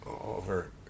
over